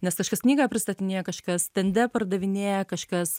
nes kažkas knygą pristatinėja kažkas stende pardavinėja kažkas